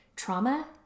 trauma